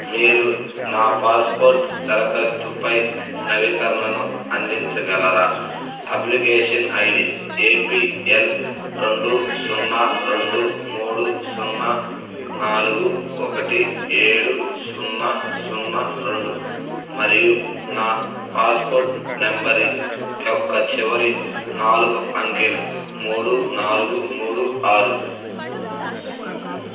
మీరు నా పాస్పోర్ట్ దరఖాస్తుపై నవీకరణను అందించగలరా application I D A P L రెండు సున్నా రెండు మూడు సున్నా నాలుగు ఒకటి ఏడు సున్నా సున్నా రెండు మరియు నా పాస్పోర్ట్ నెంబర్ యొక్క చివరి నాలుగు అంకెలు మూడు నాలుగు మూడు ఆరు అంతే